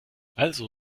also